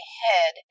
head